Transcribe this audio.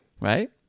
right